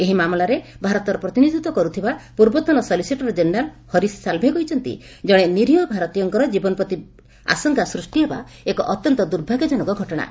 ଏହି ମାମଲାରେ ଭାରତର ପ୍ରତିନିଧିତ୍ୱ କରୁଥିବା ପୂର୍ବତନ ସଲିସିଟର ଜେନେରାଲ ହରିଶ୍ ସାଲ୍ଭେ କହିଛନ୍ତି କଣେ ନିରୀହ ଭାରତୀୟଙ୍କର ଜୀବନପ୍ରତି ଆଶଙ୍କା ଦେଖାଦେବା ଏକ ଅତ୍ୟନ୍ତ ଦୁର୍ଭାଗ୍ୟଜନକ ଘଟଣା